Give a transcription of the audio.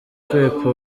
akwepa